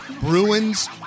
Bruins